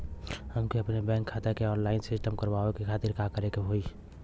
हमके अपने बैंक खाता के ऑनलाइन सिस्टम करवावे के खातिर का करे के होई?